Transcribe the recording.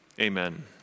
Amen